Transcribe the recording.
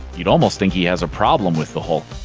you'd almost think he has a problem with the hulk.